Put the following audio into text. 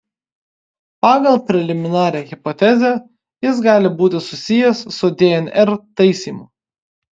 pagal preliminarią hipotezę jis gali būti susijęs su dnr taisymu